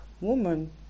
woman